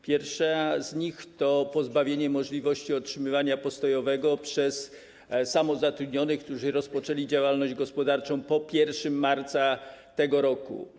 Pierwsza z nich to pozbawienie możliwości otrzymywania postojowego przez samozatrudnionych, którzy rozpoczęli działalność gospodarczą po 1 marca tego roku.